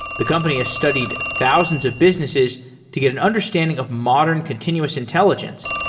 the company has studied thousands of businesses to get an understanding of modern continuous intelligence,